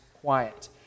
quiet